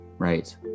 right